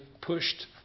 pushed